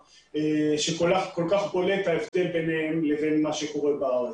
שכל כך בולט ההבדל ביניהם לבין מה שקורה בארץ.